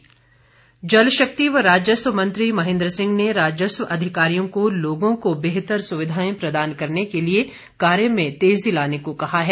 महेन्द्र सिंह जलशक्ति व राजस्व मंत्री महेन्द्र सिंह ने राजस्व अधिकारियों को लोगों को बेहतर सुविधाएं प्रदान करने के लिए कार्य में तेजी लाने को कहा है